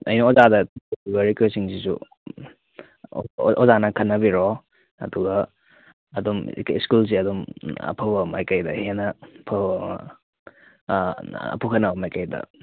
ꯑꯩꯅ ꯑꯣꯖꯥꯗ ꯇꯧꯖꯔꯤꯕ ꯔꯤꯀ꯭ꯋꯦꯁꯁꯤꯡꯁꯤꯁꯨ ꯑꯣꯖꯥꯅ ꯈꯟꯅꯕꯤꯔꯣ ꯑꯗꯨꯒ ꯑꯗꯨꯝ ꯁ꯭ꯀꯨꯜꯁꯦ ꯑꯗꯨꯝ ꯑꯐꯕ ꯃꯥꯏꯀꯩꯗ ꯍꯦꯟꯅ ꯐꯕ ꯄꯨꯈꯠꯅꯕ ꯃꯥꯏꯀꯩꯗ